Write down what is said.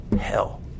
Hell